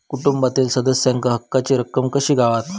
कुटुंबातील सदस्यांका हक्काची रक्कम कशी गावात?